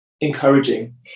encouraging